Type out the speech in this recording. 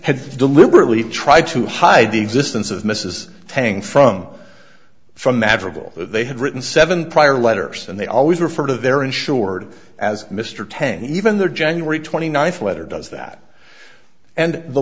had deliberately tried to hide the existence of mrs tang from from madrigal they had written seven prior letters and they always refer to their insured as mr tang even their january twenty ninth letter does that and the